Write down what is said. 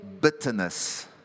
bitterness